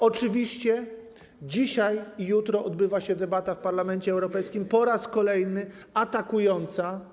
Oczywiście dzisiaj i jutro odbywa się debata w Parlamencie Europejskim po raz kolejny atakująca.